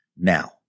Now